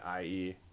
IE